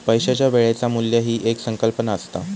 पैशाच्या वेळेचा मू्ल्य ही एक संकल्पना असता